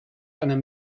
einer